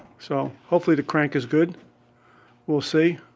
so hopefully the crank is good will see.